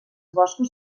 boscos